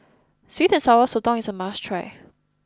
Sweet and Sour Sotong is a must try